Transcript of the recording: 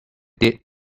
did